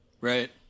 Right